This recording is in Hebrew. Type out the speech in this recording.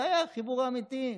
זה היה החיבור האמיתי.